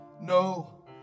No